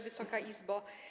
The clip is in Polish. Wysoka Izbo!